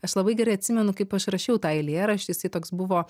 aš labai gerai atsimenu kaip aš rašiau tą eilėraštį jisai toks buvo